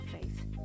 faith